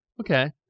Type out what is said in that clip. Okay